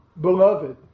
beloved